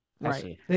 Right